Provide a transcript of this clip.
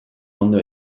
ondo